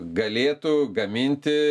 galėtų gaminti